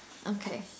okay